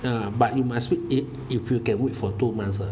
ah but you must wait it if you can wait for two months ah